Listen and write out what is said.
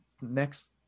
next